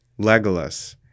Legolas